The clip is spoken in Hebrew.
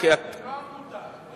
אתם לא עמותה.